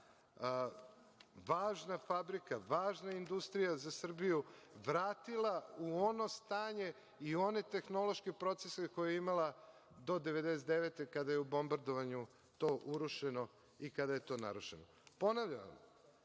važna fabrika, važna industrija za Srbiju vratila u ono stanje i one tehnološke procese koje je imala do 1999. godine kada je u bombardovanju to urušeno i kada je to narušeno. Ponavljam,